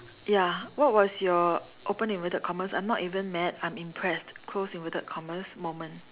ya what was your open inverted commas I'm not even mad I'm impressed closed inverted commas moment